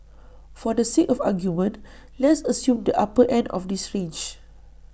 for the sake of argument let's assume the upper end of this range